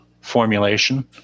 formulation